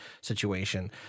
situation